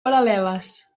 paral·leles